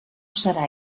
serà